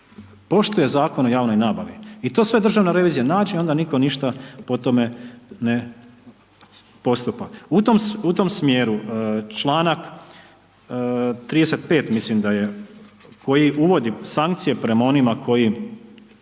poštuje Zakon o javnoj nabavi. I to sve Državna revizija nađe i onda nitko ništa po tome ne postupa. U tom smjeru 35. mislim da je koji uvodi sankcije prema onima koji